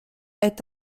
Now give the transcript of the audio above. est